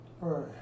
Right